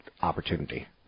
opportunity